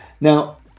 Now